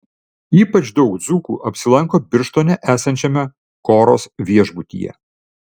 ypač daug dzūkų apsilanko birštone esančiame koros viešbutyje